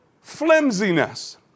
flimsiness